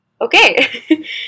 okay